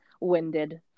winded